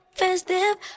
festive